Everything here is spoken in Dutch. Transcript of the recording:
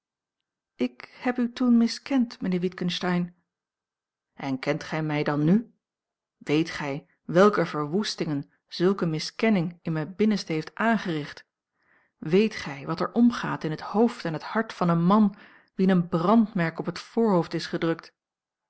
ik heb u toen miskend mijnheer witgensteyn en kent gij mij dan nu weet gij welke verwoestingen zulke miskenning in mijn binnenste heeft aangericht weet gij wat er omgaat in het hoofd en het hart van een man wien een brandmerk op het voorhoofd is gedrukt